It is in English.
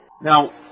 Now